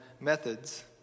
methods